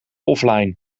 offline